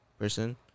person